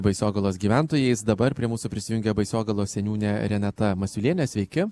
baisogalos gyventojais dabar prie mūsų prisijungia baisogalos seniūnė renata masiulienė sveiki